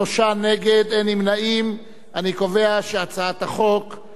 חוק המאבק בתוכנית הגרעין של אירן,